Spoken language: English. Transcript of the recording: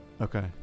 Okay